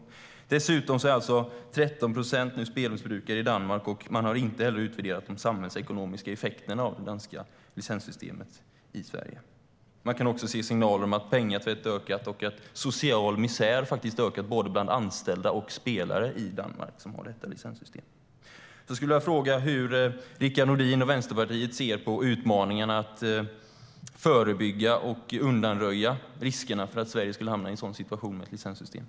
Dessutom är 13 procent spelmissbrukare i Danmark, och de samhällsekonomiska effekterna av det danska licenssystemet har inte heller utvärderats i Sverige. Man kan även se signaler på att pengatvätt och social misär har ökat, både bland anställda och spelare i Danmark som har detta licenssystem.